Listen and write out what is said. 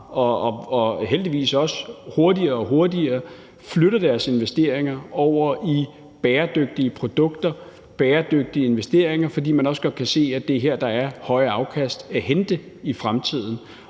og heldigvis også hurtigere og hurtigere flytter deres investeringer over i bæredygtige produkter og laver bæredygtige investeringer. Det er, fordi man også godt kan se, at det er her, der er høje afkast at hente i fremtiden.